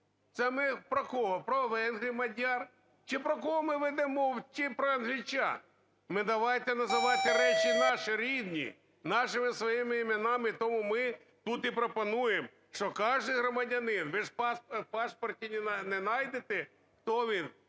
це ми про кого, про венгрів, мадяр чи про кого ми ведемо мову, чи про англичан? Ми давайте називати речі наші рідні, нашими своїми іменами. Тому ми тут і пропонуємо, що кожен громадянин, ви ж у паспорті не найдете, хто він